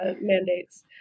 mandates